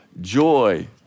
joy